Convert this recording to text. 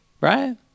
right